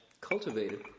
cultivated